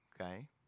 Okay